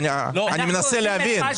אנחנו עכשיו שמענו את ההתחייבות של האוצר.